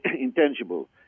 intangible